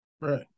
Right